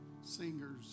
Singers